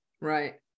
Right